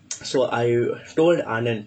so I told anand